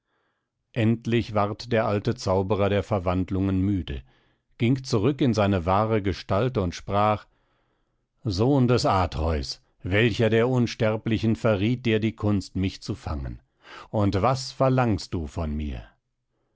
endlich ward der alte zauberer der verwandlungen müde ging zurück in seine wahre gestalt und sprach sohn des atreus welcher der unsterblichen verriet dir die kunst mich zu fangen und was verlangst du von mir